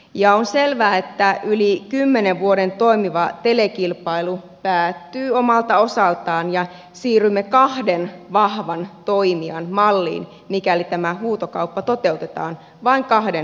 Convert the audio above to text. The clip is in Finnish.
ja on selvää että yli kymmenen vuoden toimiva telekilpailu päättyy omalta osaltaan ja siirrymme kahden vahvan toimijan malliin mikäli tämä huutokauppa toteutetaan vain kahden operaattorin edessä